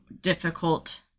difficult